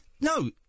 no